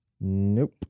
Nope